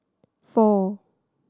four